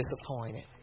disappointed